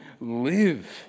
live